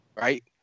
right